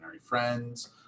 friends